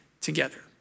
together